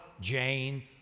Jane